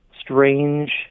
strange